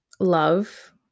love